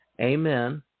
Amen